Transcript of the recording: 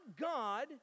God